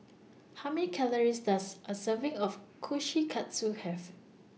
How Many Calories Does A Serving of Kushikatsu Have